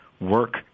work